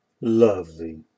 Lovely